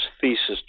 thesis